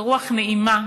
זו רוח נעימה,